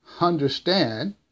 understand